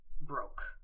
broke